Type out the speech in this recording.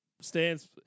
stands